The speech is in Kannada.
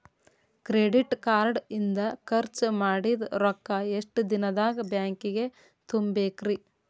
ಕ್ರೆಡಿಟ್ ಕಾರ್ಡ್ ಇಂದ್ ಖರ್ಚ್ ಮಾಡಿದ್ ರೊಕ್ಕಾ ಎಷ್ಟ ದಿನದಾಗ್ ಬ್ಯಾಂಕಿಗೆ ತುಂಬೇಕ್ರಿ?